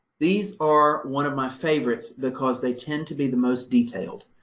these are one of my favorites, because they tend to be the most detailed.